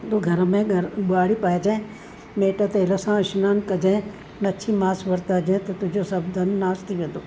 तूं घर में ॿुआरी पाइजांई मेटु तेल सां सनानु कजाईं मछी मांस वरताइजाईं त तुंहिंजो सभु धन नाशु थी वेंदो